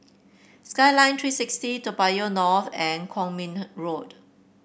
Skyline Three sixty Toa Payoh North and Kwong Min Road